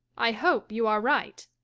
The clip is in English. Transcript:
i hope you are right.